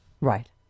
Right